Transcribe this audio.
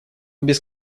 без